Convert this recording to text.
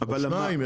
או שניים,